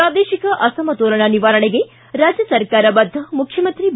ಪ್ರಾದೇಶಿಕ ಅಸಮತೋಲನ ನಿವಾರಣೆಗೆ ರಾಜ್ಯ ಸರ್ಕಾರ ಬದ್ಧ ಮುಖ್ಯಮಂತ್ರಿ ಬಿ